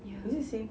ya